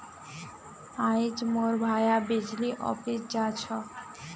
आइज मोर भाया बिजली ऑफिस जा छ